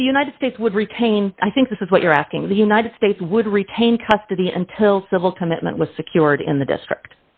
but the united states would retain i think this is what you're asking the united states would retain custody until civil commitment was secured in the district